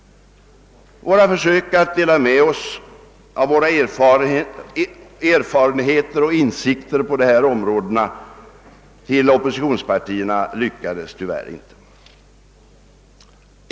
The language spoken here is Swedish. Våra försök att dela med oss av våra erfarenheter och insikter på dessa områden till oppositionspartierna lyckades tyvärr inte.